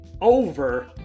over